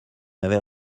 n’avez